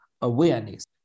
awareness